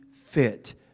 fit